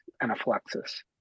anaphylaxis